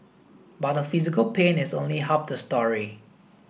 but the physical pain is only half the story